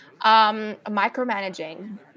micromanaging